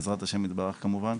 בעזרת השם יתברך כמובן.